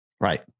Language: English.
Right